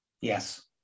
Yes